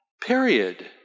period